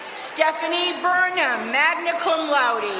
stephanie burnum, magna cum laude.